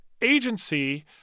agency